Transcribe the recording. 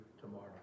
tomorrow